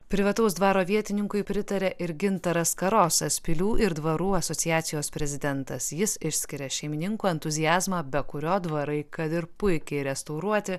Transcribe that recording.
privataus dvaro vietininkui pritarė ir gintaras karosas pilių ir dvarų asociacijos prezidentas jis išskiria šeimininkų entuziazmą be kurio dvarai kad ir puikiai restauruoti